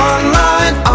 Online